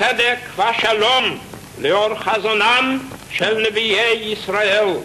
הצדק והשלום לאור חזונם של נביאי ישראל,